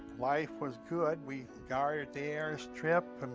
life was good. we guarded the airstrip.